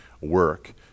work